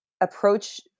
approach